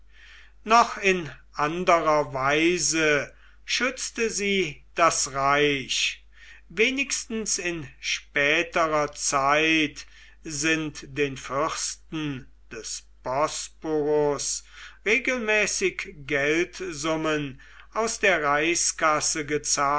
noch in anderer weise schützte sie das reich wenigstens in späterer zeit sind den fürsten des bosporus regelmäßig geldsummen aus der reichskasse